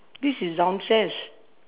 this is downstairs